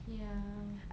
ya